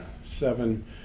seven